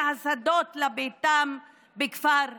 מהשדות לביתם בכפר קאסם.